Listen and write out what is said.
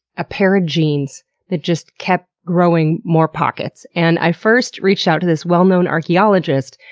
a pair of jeans that just kept growing more pockets. and i first reached out to this well-known archeologist,